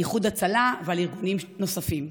איחוד הצלה ועל ארגונים נוספים.